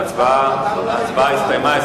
ההצבעה הסתיימה.